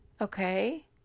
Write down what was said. Okay